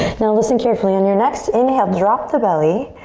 now listen carefully, on your next inhale drop the belly,